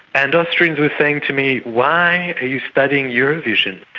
and austrians were saying to me, why are you studying eurovision?